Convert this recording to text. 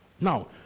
Now